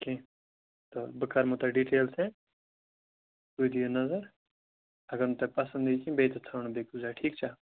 کیٚنٛہہ تہٕ بہٕ کَرہَو تۄہہِ ڈِٹیل سینٛڈ تُہۍ دِیو نَظر اگر نہٕ تۄہہِ پَسَنٛد یہِ کیٚنٛہہ بیٚیہِ تہٕ ژھانٛڈو بیٚیہِ کُنہِ جایہِ ٹھیٖک چھا